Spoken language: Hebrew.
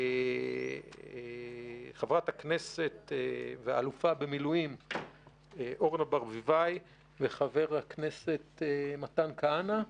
חברת הכנסת ואלופה במילואים אורנה ברביבאי וחבר הכנסת מתן כהנא.